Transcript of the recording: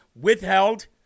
withheld